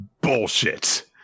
bullshit